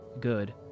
Good